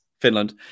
Finland